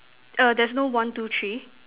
err there's no one two three